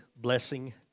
blessing